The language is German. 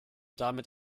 damit